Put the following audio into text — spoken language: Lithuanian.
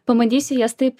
pabandysiu jas taip